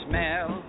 Smell